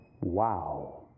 Wow